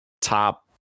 top